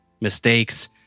mistakes